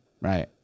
right